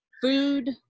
food